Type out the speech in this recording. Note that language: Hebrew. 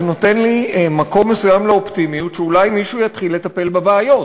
זה נותן לי מקום מסוים לאופטימיות שאולי מישהו יתחיל לטפל בבעיות.